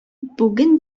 бүген